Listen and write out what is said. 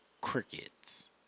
Crickets